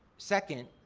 second,